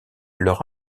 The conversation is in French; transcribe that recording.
leur